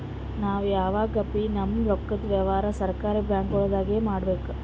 ನಾವ್ ಯಾವಗಬೀ ನಮ್ಮ್ ರೊಕ್ಕದ್ ವ್ಯವಹಾರ್ ಸರಕಾರಿ ಬ್ಯಾಂಕ್ಗೊಳ್ದಾಗೆ ಮಾಡಬೇಕು